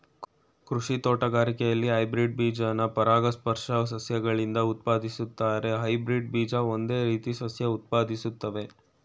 ಕೃಷಿ ತೋಟಗಾರಿಕೆಲಿ ಹೈಬ್ರಿಡ್ ಬೀಜನ ಪರಾಗಸ್ಪರ್ಶ ಸಸ್ಯಗಳಿಂದ ಉತ್ಪಾದಿಸ್ತಾರೆ ಹೈಬ್ರಿಡ್ ಬೀಜ ಒಂದೇ ರೀತಿ ಸಸ್ಯ ಉತ್ಪಾದಿಸ್ತವೆ